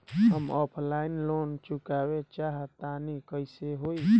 हम offline loan चुकावल चाहऽ तनि कइसे होई?